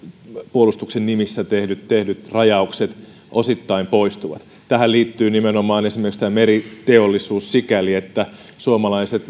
puolustuksen nimissä tehdyt tehdyt rajaukset osittain poistuvat tähän liittyy nimenomaan esimerkiksi meriteollisuus sikäli että suomalaiset